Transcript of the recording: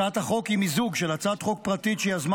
הצעת החוק היא מיזוג של הצעת חוק פרטית שיזמה